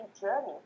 journey